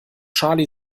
charlie